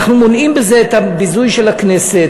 אנחנו מונעים בזה את הביזוי של הכנסת,